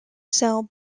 cell